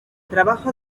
trabajo